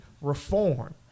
reform